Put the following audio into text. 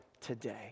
today